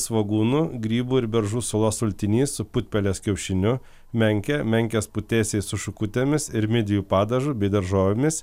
svogūnų grybų ir beržų sulos sultinys su putpelės kiaušiniu menkė menkės putėsiai su šukutėmis ir midijų padažu bei daržovėmis